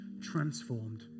transformed